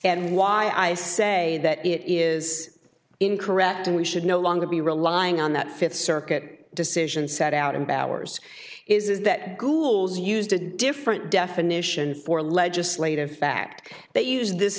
and why i say that it is incorrect and we should no longer be relying on that fifth circuit decision set out and ours is that ghouls used a different definition for legislative fact that use this